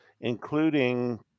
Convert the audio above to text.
including